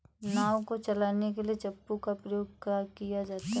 नाव को चलाने के लिए चप्पू का प्रयोग किया जाता है